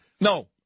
No